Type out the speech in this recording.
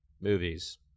movies